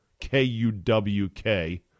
K-U-W-K